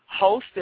hosted